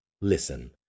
Listen